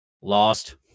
Lost